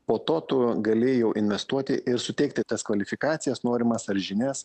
po to tu gali jau investuoti ir suteikti tas kvalifikacijas norimas ar žinias